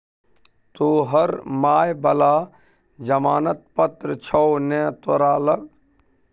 तोहर माय बला जमानत पत्र छौ ने तोरा लग